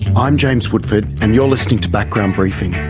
i'm james woodford and you're listening to background briefing.